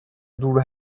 دور